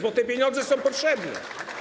Bo te pieniądze są potrzebne!